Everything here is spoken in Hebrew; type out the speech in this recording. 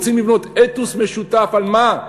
רוצים לבנות אתוס משותף, על מה?